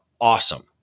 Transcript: awesome